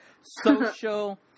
social